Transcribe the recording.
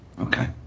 Okay